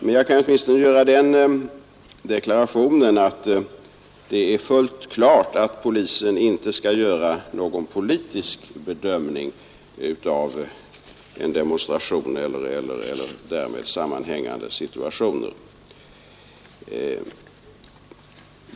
Men jag kan åtminstone göra den deklarationen att det är fullt klart att polisen inte skall göra någon politisk bedömning av en demonstration eller därmed sammanhängande situationer.